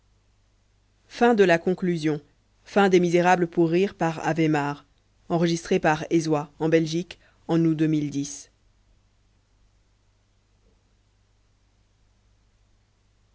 la place de